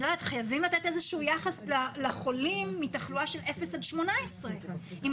חייבים לתת איזשהו יחס לחולים מתחלואה של גיל אפס עד 18. אם